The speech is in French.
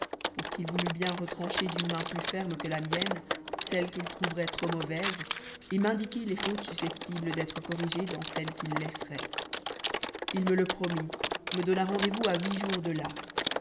pour qu'ilvoulûtbien retrancher d'une main plus ferme que la mienne celles qu'il trouverait trop mauvaises et m'indiquer les fautes susceptibles d'être cor igées dans celles qu'il laisseroit il me le promit me donna rendes vous à huit jours de là